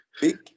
Big